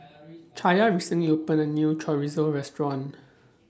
Chaya recently opened A New Chorizo Restaurant